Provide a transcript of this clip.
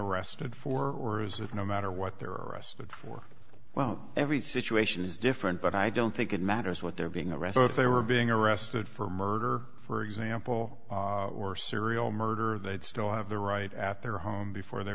arrested for is that no matter what they're arrested for well every situation is different but i don't think it matters what they're being arrested if they were being arrested for murder for example or serial murder they'd still have the right at their home before they